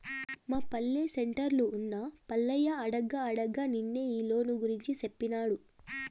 మా పల్లె సెంటర్లున్న పుల్లయ్య అడగ్గా అడగ్గా నిన్నే ఈ లోను గూర్చి సేప్పినాడు